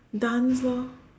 dance lor